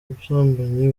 ubusambanyi